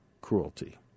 cruelty